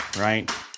right